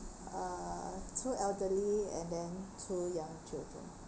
uh two elderly and then two young children